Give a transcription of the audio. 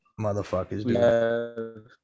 Motherfuckers